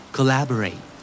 Collaborate